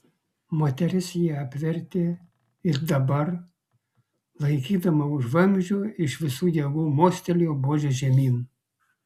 moteris jį apvertė ir dabar laikydama už vamzdžio iš visų jėgų mostelėjo buože žemyn